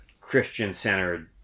Christian-centered